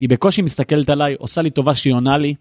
היא בקושי מסתכלת עליי, עושה לי טובה שהיא עונה לי.